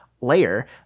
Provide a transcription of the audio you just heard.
layer